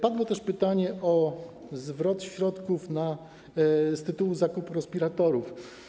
Padło też pytanie o zwrot środków z tytułu zakupu respiratorów.